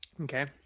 Okay